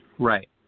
Right